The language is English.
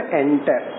enter